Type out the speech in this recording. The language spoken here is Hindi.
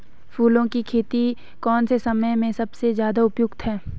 फूलों की खेती कौन से समय में सबसे ज़्यादा उपयुक्त है?